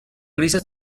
grises